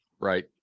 right